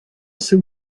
seu